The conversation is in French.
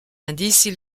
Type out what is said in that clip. indices